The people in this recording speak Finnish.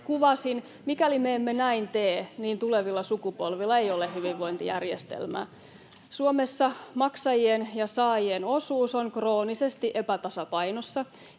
kuvasin, mikäli me emme näin tee, tulevilla sukupolvilla ei ole hyvinvointijärjestelmää. Suomessa maksajien ja saajien osuus on kroonisesti epätasapainossa,